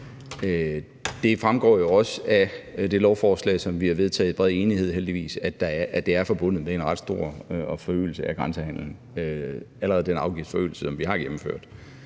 Det fremgår jo også af det lovforslag, som vi heldigvis i bred enighed har vedtaget, at det er forbundet med en ret stor forøgelse af grænsehandelen, nemlig den afgiftsforøgelse, vi allerede har gennemført.